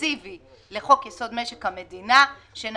חמוטל, את